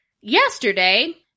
Yesterday